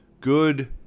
good